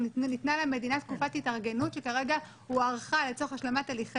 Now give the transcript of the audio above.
ניתנה למדינה תקופת התארגנות שכרגע הוארכה לצורך השלמת הליכי